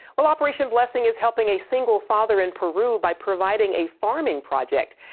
well, operation blessing is helping a single father in peru by providing a farming project.